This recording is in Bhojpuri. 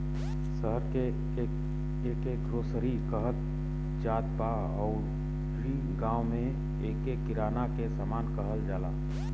शहर में एके ग्रोसरी कहत जात बा अउरी गांव में एके किराना के सामान कहल जाला